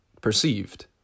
perceived